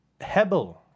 Hebel